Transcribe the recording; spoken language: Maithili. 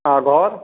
आओर घर